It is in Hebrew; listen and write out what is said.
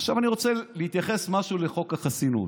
עכשיו אני רוצה להתייחס לחוק החסינות.